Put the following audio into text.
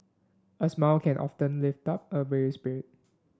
a smile can often lift up a weary spirit